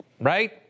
right